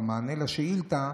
במענה על השאילתה,